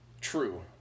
true